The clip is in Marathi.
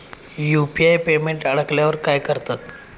यु.पी.आय पेमेंट अडकल्यावर काय करतात?